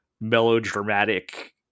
melodramatic